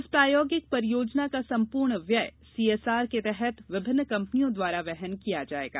इस प्रायोगिक परियोजना का संपूर्ण व्यय सीएसआर के तहत विभिन्न कंपनियों द्वारा वहन किया जायेगा